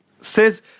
says